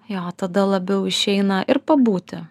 jo tada labiau išeina ir pabūti